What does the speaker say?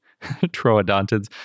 troodontids